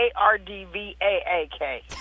A-R-D-V-A-A-K